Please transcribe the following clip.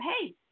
hey